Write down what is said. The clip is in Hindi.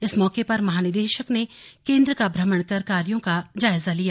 इस मौके पर महानिदेशक ने केन्द्र का भ्रमण कर कार्यों का जायजा लिया